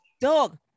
dog